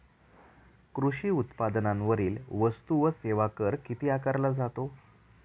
कृषी उत्पादनांवरील वस्तू व सेवा कर किती आकारला जातो?